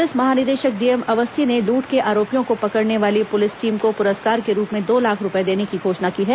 police महानिदेशक डीएम अवस्थी ने लूट के आरोपियों को पकड़ने वाली पुलिस टीम को पुरस्कार के रूप में दो लाख रूपए देने की घोषणा की है